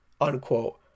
Unquote